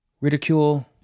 ridicule